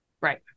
Right